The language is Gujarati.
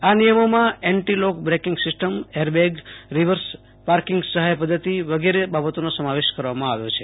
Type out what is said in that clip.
આ નિયમોમાં anti lock braking system airbag reverse parking સહાય પધ્ધતિ વગેરે બાબતો નો સમાવેશ કરવામાં આવ્યો છે